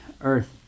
earth